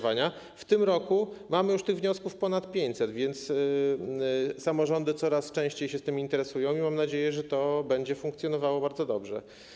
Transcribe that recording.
W tym roku mamy już tych wniosków ponad 500, więc samorządy coraz częściej się tym interesują i mam nadzieję, że to będzie funkcjonowało bardzo dobrze.